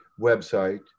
website